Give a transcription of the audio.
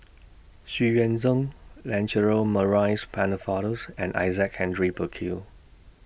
Xu Yuan Zhen Lancelot Maurice Pennefather's and Isaac Henry Burkill